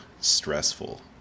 stressful